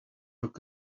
rock